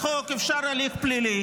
החוק הזה לא מטפל במי שמדבר נגד מדינת ישראל.